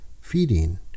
feeding